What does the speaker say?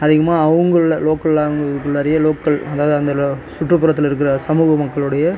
அதிகமாக அவங்குள்ளே லோக்கல் அவங்களுக்குள்ளாரையே லோக்கல் அதாவது அந்த சுற்றுப்புறத்தில் இருக்கிற சமூக மக்களுடைய